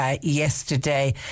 yesterday